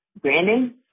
Brandon